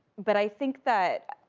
but i think that,